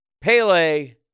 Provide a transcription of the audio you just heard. Pele